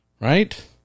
right